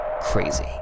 crazy